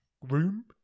room